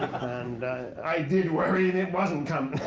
and i did worry, and it wasn't coming.